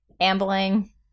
ambling